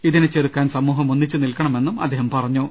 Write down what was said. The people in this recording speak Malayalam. ഇതിനെ ചെറുക്കാൻ സമൂഹം ഒന്നിച്ചുനിൽക്കണമെന്നും അദ്ദേഹം പറഞ്ഞു